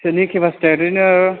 सिथनि केफासिटिआ ओरैनो